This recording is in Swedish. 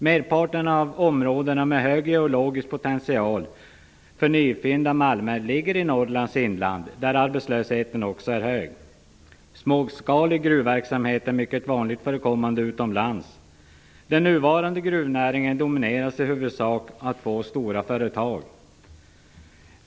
Merparten av områdena med hög geologisk potential för nyfynd av malmer ligger i Norrlands inland, där arbetslösheten också är hög. Småskalig gruvverksamhet är mycket vanligt förekommande utomlands. Den nuvarande gruvnäringen domineras i huvudsak av två stora företag.